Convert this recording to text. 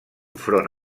front